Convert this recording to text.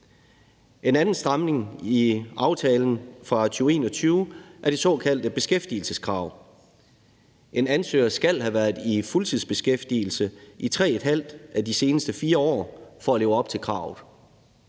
En anden stramning i aftalen fra 2021 er det såkaldte beskæftigelseskrav. En ansøger skal have været i fuldtidsbeskæftigelse i 3½ af de seneste 4 år for at leve op til kravet.